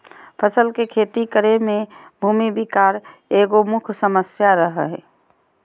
फसल के खेती करे में भूमि विकार एगो मुख्य समस्या रहो हइ